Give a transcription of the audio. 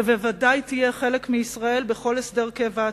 וודאי תהיה חלק מישראל בכל הסדר קבע עתידי.